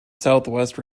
southwest